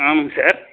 ஆமாங்க சார்